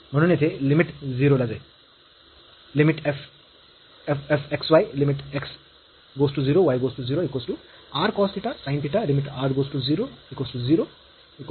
म्हणून येथे लिमिट 0 ला जाईल